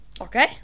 Okay